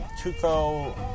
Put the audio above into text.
Tuco